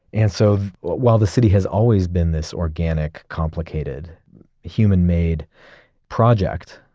and so while the city has always been this organic, complicated human-made project,